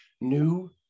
new